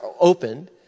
opened